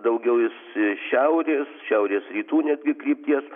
daugiau jis šiaurės šiaurės rytų netgi krypties